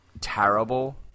terrible